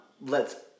lets